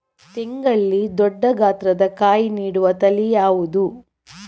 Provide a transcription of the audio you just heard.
ತೆಂಗಲ್ಲಿ ದೊಡ್ಡ ಗಾತ್ರದ ಕಾಯಿ ನೀಡುವ ತಳಿ ಯಾವುದು?